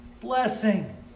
blessing